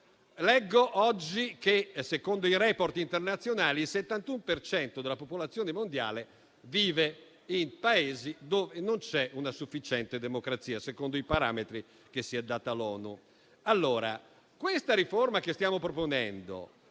Leggo oggi che, secondo i *report* internazionali, il 71 per cento della popolazione mondiale vive in Paesi dove non c'è una sufficiente democrazia secondo i parametri che si è data l'ONU. Allora questa riforma che stiamo proponendo